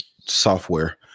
software